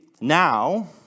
now